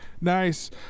nice